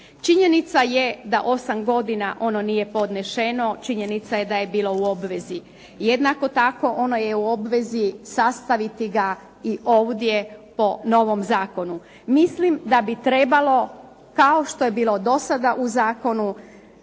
Činjenica je da 8 godina ono nije podnešeno, činjenica je da je bilo u obvezi. Jednako tako ona je u obvezi sastaviti ga i ovdje po novom zakonu. Mislim da bi trebalo, kao što je bilo do sada u zakonu,